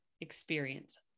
experience